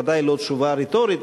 בוודאי לא תשובה רטורית,